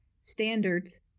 standards